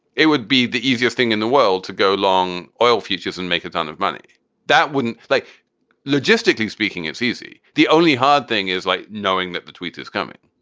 it would be the easiest thing in the world to go long oil futures and make a ton of money that wouldn't. like logistically speaking, it's easy. the only hard thing is like knowing that the tweet is coming